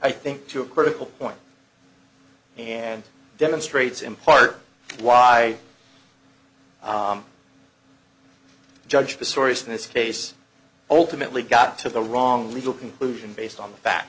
i think to a critical point and demonstrates in part why judge the sorriest in this case ultimately got to the wrong legal conclusion based on the fa